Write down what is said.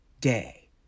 day